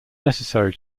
necessary